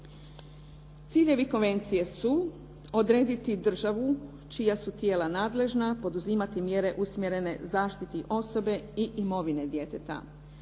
Ciljevi konvencije su odrediti državu čija su tijela nadležna poduzimati mjere usmjerene zaštiti osobe i imovine djeteta.